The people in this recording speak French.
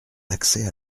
l’accès